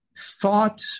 thought